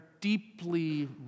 deeply